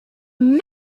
man